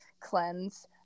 Cleanse